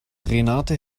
renate